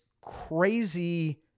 crazy